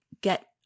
get